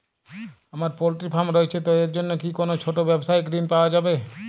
আমার poultry farm রয়েছে তো এর জন্য কি কোনো ছোটো ব্যাবসায়িক ঋণ পাওয়া যাবে?